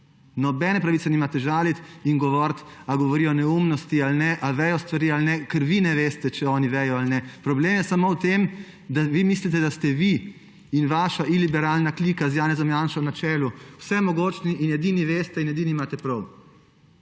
Nobene pravice nimate žaliti in govoriti, ali govorijo neumnosti ali ne, ali vedo stvari ali ne, ker vi ne veste, če oni vedo ali ne. Problem je samo v tem, da vi mislite, da ste vi in vaša iliberalna klika z Janezom Janšo na čelu vsemogočni in edini veste in edini imate prav.